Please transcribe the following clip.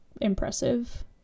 impressive